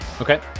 Okay